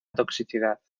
toxicidad